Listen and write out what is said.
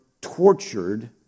tortured